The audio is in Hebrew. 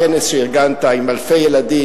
הכנס שארגנת עם אלפי ילדים,